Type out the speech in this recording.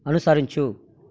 అనుసరించు